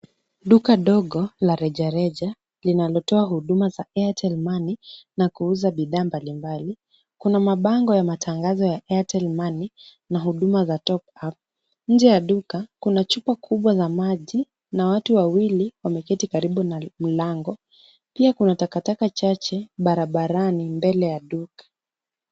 Duka dogo la rejareja linalotoa huduma za airtel money na kuuza bidhaa mbalimbali. Kuna mabango ya matangazo ya airtel money na huduma za top up . Nje ya duka kuna chupa kubwa za maji na watu wawili wameketi karibu na mlango. Pia kuna takataka chache barabarani mbele ya duka.